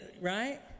right